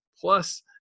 plus